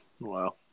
Wow